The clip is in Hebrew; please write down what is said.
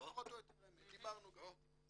זה פחות או יותר אמת, דיברנו גם על זה-